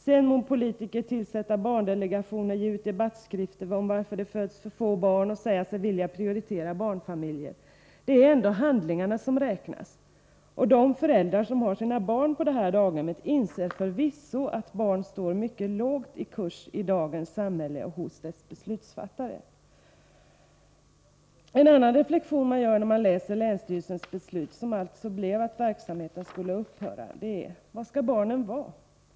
Sedan må politiker tillsätta barndelegationer, ge ut debattskrifter om varför det föds för få barn och säga sig vilja prioritera barnfamiljer — det är ändå handlingarna som räknas. De föräldrar som har sina barn på detta daghem inser förvisso att barn står mycket lågt i kurs i dagens samhälle och hos dess beslutsfattare. En annan reflexion man gör när man läser länsstyrelsens beslut, som alltså blev att verksamheten skall upphöra, är: Var skall barnen vara?